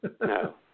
No